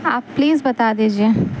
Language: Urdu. آپ پلیز بتا دیجیے